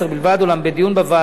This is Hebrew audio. אולם בדיון בוועדה,